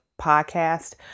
podcast